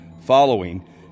following